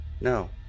No